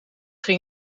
ging